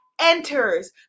enters